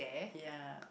ya